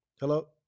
Hello